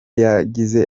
yagize